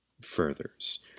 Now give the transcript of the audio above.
furthers